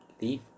leave